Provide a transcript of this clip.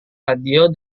radio